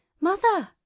Mother